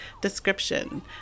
description